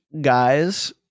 guys